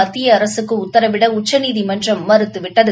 மத்திய அரசுக்கு உத்தரவிட உச்சநீதிமன்றம் மறுத்துவிட்டது